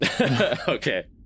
Okay